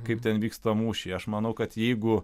kaip ten vyksta mūšiai aš manau kad jeigu